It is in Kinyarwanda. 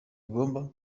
igomba